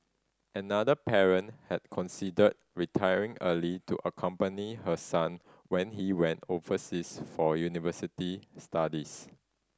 another parent had considered retiring early to accompany her son when he went overseas for university studies